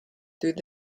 through